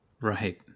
Right